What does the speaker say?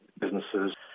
businesses